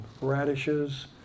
radishes